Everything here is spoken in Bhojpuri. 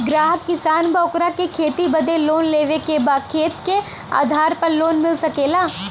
ग्राहक किसान बा ओकरा के खेती बदे लोन लेवे के बा खेत के आधार पर लोन मिल सके ला?